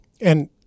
And-